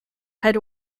had